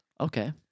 Okay